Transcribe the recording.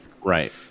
Right